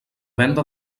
venda